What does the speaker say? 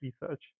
Research